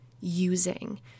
using